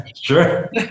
sure